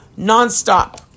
nonstop